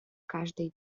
каждый